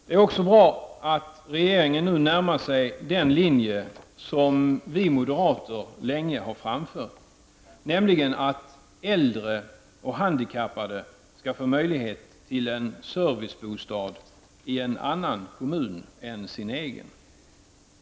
Det är också bra att regeringen nu närmar sig den linje som vi moderater länge har förordat, nämligen att äldre och handikappade skall få möjlighet till en servicebostad i en annan kommun än sin egen.